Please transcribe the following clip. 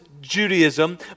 Judaism